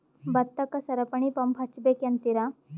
ಭತ್ತಕ್ಕ ಸರಪಣಿ ಪಂಪ್ ಹಚ್ಚಬೇಕ್ ಅಂತಿರಾ?